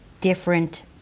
different